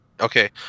Okay